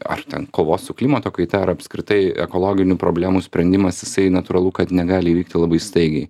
ar ten kovos su klimato kaita ar apskritai ekologinių problemų sprendimas jisai natūralu kad negali įvykti labai staigiai